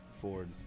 ford